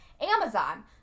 Amazon